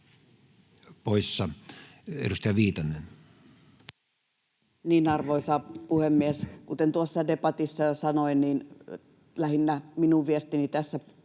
Edustaja Viitanen. Arvoisa puhemies! Kuten tuossa debatissa jo sanoin, niin lähinnä minun viestini tässä